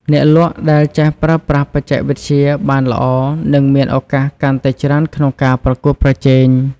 អ្នកលក់ដែលចេះប្រើប្រាស់បច្ចេកវិទ្យាបានល្អនឹងមានឱកាសកាន់តែច្រើនក្នុងការប្រកួតប្រជែង។